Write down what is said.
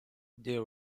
there